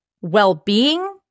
well-being